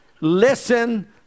listen